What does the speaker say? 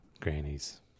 grannies